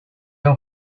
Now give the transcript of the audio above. how